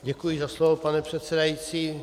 Děkuji za slovo, pane předsedající.